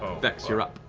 vex, you're up.